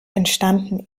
entstanden